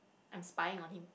I am spying on him